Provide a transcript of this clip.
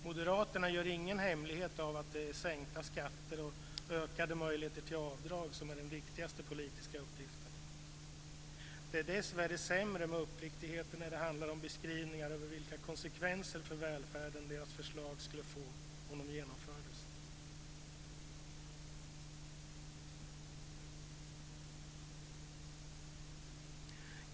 Moderaterna gör ingen hemlighet av att det är sänkta skatter och ökade möjligheter till avdrag som är den viktigaste politiska uppgiften. Det är dessvärre sämre med uppriktigheten när det handlar om beskrivningar över vilka konsekvenser för välfärden deras förslag skulle få om de genomfördes.